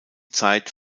zeit